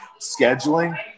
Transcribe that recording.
Scheduling